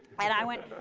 and i went,